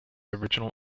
original